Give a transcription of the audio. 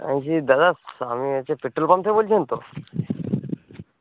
আমি বলছি দাদা আপনি হচ্ছে পেট্রল পাম্প থেকে বলছেন তো